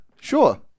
sure